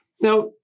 Now